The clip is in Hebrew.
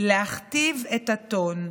להכתיב את הטון.